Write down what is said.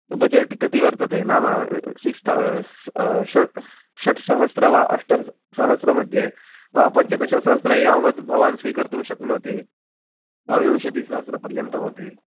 budget कति वर्तते नाम सिक्थ् षड् षड्सहस्रं वा अष्ट स् सहस्रमध्ये वा पञ्चदशसहस्रे यावद् भवान् स्वीकर्तुं शक्नोति द्वाविंशतिसहस्रपर्यन्तमपि